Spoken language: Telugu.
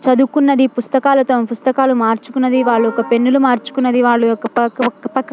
చదువుకున్నది పుస్తకాలతో పుస్తకాలు మార్చుకున్నది వాళ్ళు ఒక పెన్నులు మార్చుకున్నది వాళ్ళు యొక్క ప్రక్క